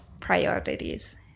priorities